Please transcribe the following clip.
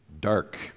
dark